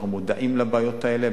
אנחנו מודעים לבעיות האלה.